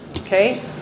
Okay